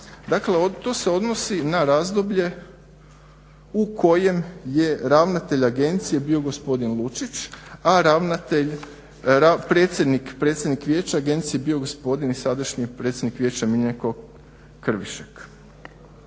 Dakle, to se odnosi na razdoblje u kojem je ravnatelj agencije bio gospodin Lučić, a ravnatelj, predsjednik vijeća agencije bio gospodin i sadašnji predsjednik vijeća Miljenko Krvišek.